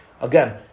Again